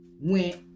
went